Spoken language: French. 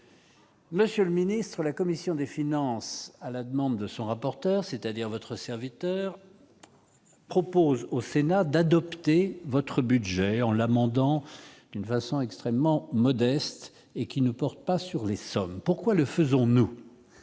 Monsieur le Ministre, la commission des finances à la demande de son rapporteur, c'est-à-dire votre serviteur propose au Sénat d'adopter votre budget en l'amendant, d'une façon extrêmement modeste et qui ne porte pas sur les sommes pourquoi le faisons-nous,